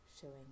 showing